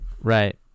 Right